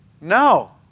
No